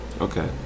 Okay